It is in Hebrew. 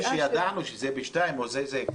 זה שידענו שזה ב-14:00 זה לא אומר,